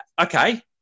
okay